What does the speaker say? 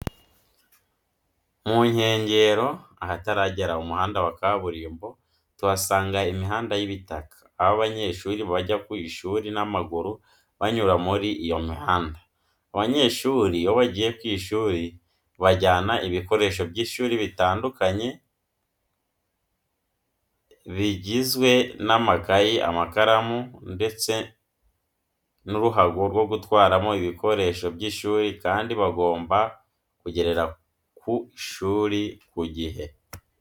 Mu nkenjyero ahatarajyera umuhanda wa kaburimbo tuhasanga imihanda y'ibitaka , aho abanyeshuri bajya ku ishuri n'amaguru banyura muri iyo mihanda..Abanyeshuri iyo bajyiye ku ishuri bajyana ibikoresho by'ishuri bitandukanye bijyizwe n'amakayi, amakaramu, ndetse n'uruhago rwo gutwaramo ibikoresho by'ishuri kandi bagomba kujyerere ku ishuri ku jyihe.